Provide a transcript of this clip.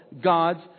God's